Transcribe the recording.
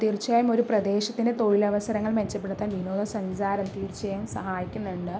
തീർച്ചയായും ഒരു പ്രദേശത്തിൻ്റെ തൊഴിലവസരങ്ങൾ മെച്ചപ്പെടുത്താൻ വിനോദ സഞ്ചാരം തീർച്ചയായും സഹായിക്കുന്നുണ്ട്